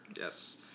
Yes